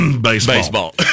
baseball